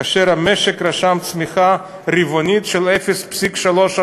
כאשר המשק רשם צמיחה רבעונית של 0.3%"